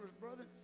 brother